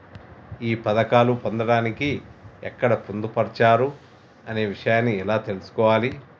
ఈ పథకాలు పొందడానికి ఎక్కడ పొందుపరిచారు అనే విషయాన్ని ఎలా తెలుసుకోవాలి?